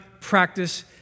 practice